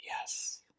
Yes